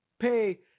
pay